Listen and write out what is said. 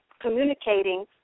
communicating